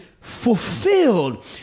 fulfilled